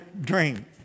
dream